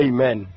Amen